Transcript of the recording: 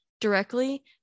directly